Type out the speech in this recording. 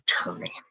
attorney